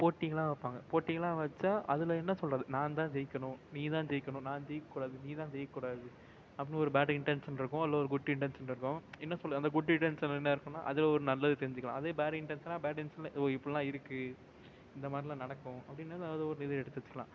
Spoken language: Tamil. போட்டிகள்லாம் வைப்பாங்க போட்டிகள்லாம் வச்சால் அதில் என்ன சொல்கிறது நான் தான் ஜெயிக்கணும் நீ தான் ஜெயிக்கணும் நான் ஜெயிக்கக்கூடாது நீ தான் ஜெயிக்கக்கூடாது அப்படின்னு ஒரு பேட் இன்டென்ஷன் இருக்கும் இல்லை ஒரு குட் இன்டென்ஷன் இருக்கும் என்ன சொல்கிறது அந்த குட் இன்டென்ஷனில் என்ன இருக்குன்னால் அதில் ஒரு நல்லது தெரிஞ்சுக்கலாம் அதே பேட் இன்டென்ஷன்னால் பேட் இன்டென்ஷனில் ஓ இப்புடிலாம் இருக்குது இந்த மாதிரிலாம் நடக்கும் அப்படின்னு அதை ஒரு இது எடுத்துக்கலாம்